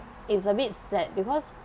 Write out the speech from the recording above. it's a bit sad because